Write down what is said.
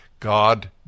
God